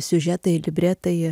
siužetai libretai